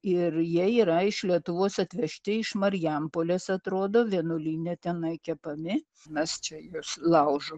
ir jie yra iš lietuvos atvežti iš marijampolės atrodo vienuolyne tenai kepami mes čia juos laužom